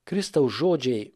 kristaus žodžiai